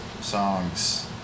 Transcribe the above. songs